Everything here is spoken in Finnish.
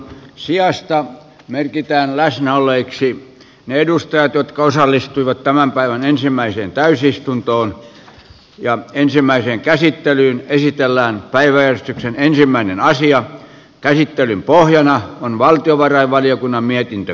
sijaista merkitään lähes nolla yksi n edustajat jotka osallistuivat tämän päivän ensimmäiseen täysistuntoon ja ensimmäiseen käsittelyyn esitellään päiväjärjestyksen ensimmäinen aasian käsittelyn pohjana on valtiovarainvaliokunnan mietintö